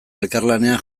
elkarlanean